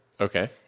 Okay